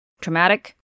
Traumatic